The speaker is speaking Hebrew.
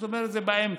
זאת אומרת זה באמצע,